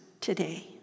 today